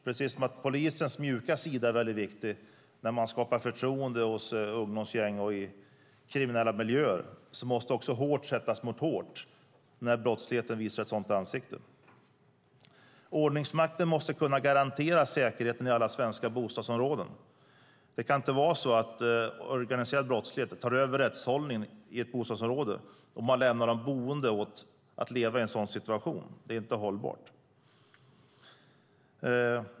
Precis som polisens mjuka sida är viktig när man skapar förtroende hos ungdomsgäng och i kriminella miljöer måste hårt sättas mot hårt när brottsligheten visar ett sådant ansikte. Ordningsmakten måste kunna garantera säkerheten i alla svenska bostadsområden. Det kan inte vara så att organiserad brottslighet tar över rättshållningen i ett bostadsområde och man lämnar de boende att leva i en sådan situation. Det är inte hållbart.